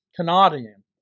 Canadian